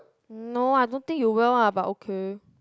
no I don't think you will lah but okay